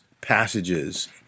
passages